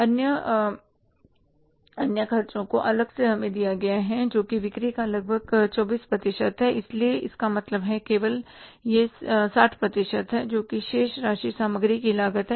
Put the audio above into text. अन्य खर्चों को अलग से हमें दिया गया है जो कि बिक्री का लगभग 24 प्रतिशत है इसलिए इसका मतलब केवल यह 60 प्रतिशत है जो कि शेष राशि सामग्री की लागत है